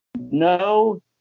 no